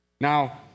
Now